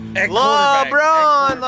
LeBron